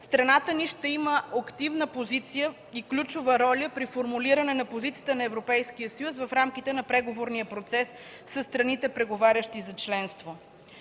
страната ни ще има активна позиция и ключова роля при формулиране на позицията на Европейския съюз в рамките на преговорния процес със страните, преговарящи за членство.